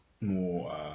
more